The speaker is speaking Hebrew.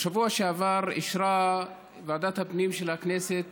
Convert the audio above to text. בשבוע שעבר אישרה ועדת הפנים של הכנסת